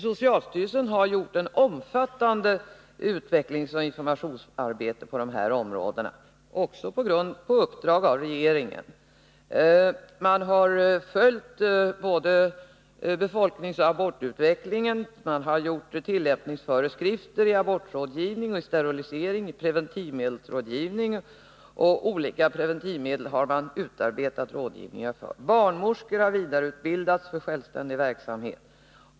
Socialstyrelsen har utfört ett omfattande utvecklingsoch informationsarbete på dessa områden; även på uppdrag av regeringen. Man har följt befolkningsoch abortutvecklingen. Man har författat tillämpningsföreskrifter för abortrådgivning, sterilisering och preventivmedelsrådgivning. För olika preventivmedel har man utarbetat rådgivning. Barnmorskor har vidareutbildats för självständig verksamhet.